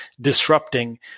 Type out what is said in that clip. disrupting